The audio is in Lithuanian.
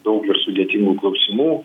daug ir sudėtingų klausimų